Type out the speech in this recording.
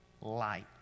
light